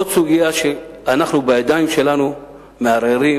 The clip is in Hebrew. עוד סוגיה שבה אנחנו בידיים שלנו מערערים